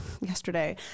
yesterday